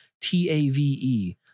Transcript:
T-A-V-E